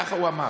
ככה הוא אמר,